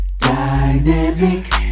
Dynamic